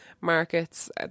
markets